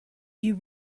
you